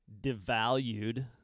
devalued